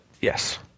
Yes